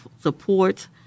support